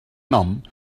nom